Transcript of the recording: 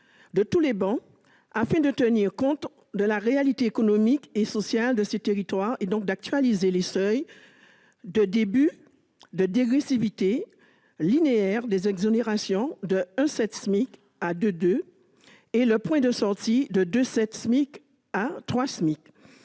de toutes les travées, de tenir compte de la réalité économique et sociale de ces territoires, donc d'actualiser le seuil de début de dégressivité linéaire des exonérations, de 1,7 à 2,2 SMIC, ainsi que le seuil de sortie, de 2,7 à 3 SMIC.